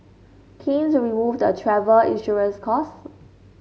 keen remove the travel insurance costs